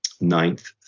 ninth